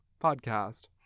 podcast